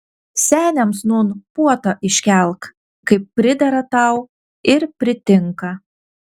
seniams nūn puotą iškelk kaip pridera tau ir pritinka